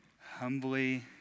Humbly